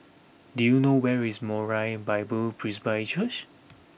do you know where is Moriah Bible Presby Church